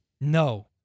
No